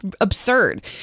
absurd